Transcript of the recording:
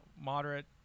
Moderate